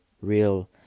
real